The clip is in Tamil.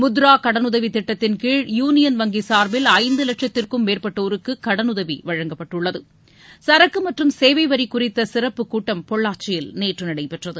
முத்ரா கடலுதவி திட்டத்தின்கீழ் யூனியன் வங்கி சார்பில் ஐந்து வட்சத்திற்கு மேற்பட்டோருக்கு கடனுதவி வழங்கப்பட்டுள்ளது சரக்கு மற்றும் சேவை வரி குறித்த சிறப்பு கூட்டம் பொள்ளாச்சியில் நேற்று நடைபெற்றது